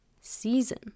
season